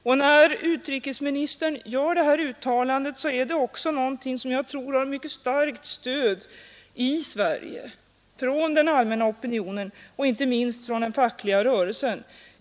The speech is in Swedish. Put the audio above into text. Och när utrikesministern gör detta uttalande är det någonting som jag tror har mycket starkt stöd i Sverige från allmänna opinionen och inte minst från den fackliga rörelsen.